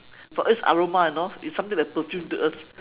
for us it's aroma you know it's something like perfume to us